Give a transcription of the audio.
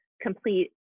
complete